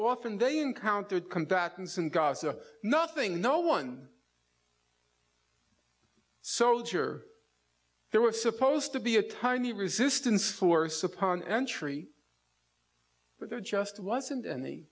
often they encountered combatants in gaza nothing no one soldier there were supposed to be a tiny resistance force upon entry but there just wasn't any